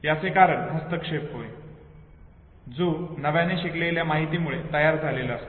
याचे कारण हस्तक्षेप होय जो नव्याने शिकलेल्या माहितीमुळे तयार झालेला असतो